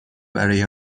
برای